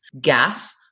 gas